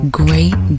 great